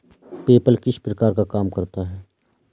PayPal किस प्रकार काम करता है?